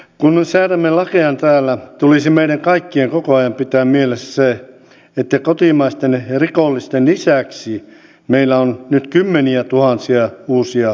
kun säädämme lakeja täällä tulisi meidän kaikkien koko ajan pitää mielessä se että kotimaisten rikollisten lisäksi meillä on nyt kymmeniätuhansia uusia siirtolaisia